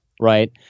right